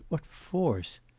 what force!